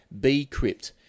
bcrypt